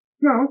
No